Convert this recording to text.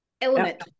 element